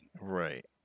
Right